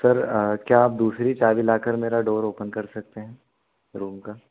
sir क्या आप दूसरी चाबी ला कर मेरा डोर ओपन कर सकते हैं रूम का